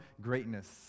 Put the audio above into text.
greatness